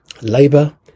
Labour